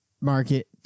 market